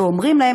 ואומרים להם,